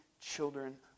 children